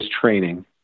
training